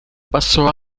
passò